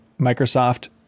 microsoft